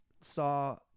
saw